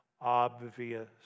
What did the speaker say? obvious